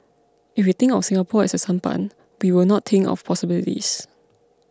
if we think of Singapore as a sampan we will not think of possibilities